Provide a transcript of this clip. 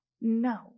No